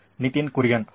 ನಿತಿನ್ ಕುರಿಯನ್ ಹೌದು